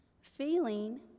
feeling